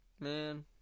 Man